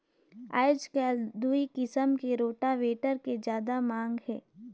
आयज कायल दूई किसम के रोटावेटर के जादा मांग हे